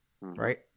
right